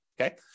okay